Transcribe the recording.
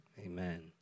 Amen